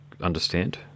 understand